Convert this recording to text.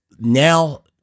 now